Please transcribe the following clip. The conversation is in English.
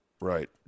right